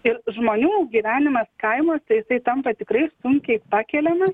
ir žmonių gyvenimas kaimuose jisai tampa tikrai sunkiai pakeliamas